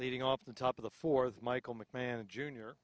leading off the top of the fourth michael mcmahon a junior